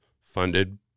funded